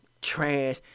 trash